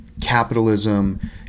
capitalism